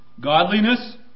Godliness